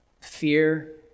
fear